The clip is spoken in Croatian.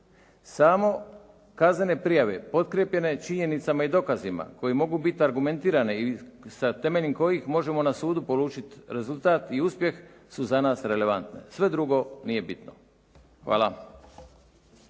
Samo kaznene prijave potkrijepljene činjenicama i dokazima koje mogu biti argumentirane i sa temeljem kojih možemo na sudu polučit rezultat i uspjeh su za nas relevantne. Sve drugo nije bitno. Hvala.